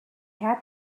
had